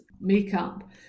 makeup